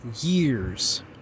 years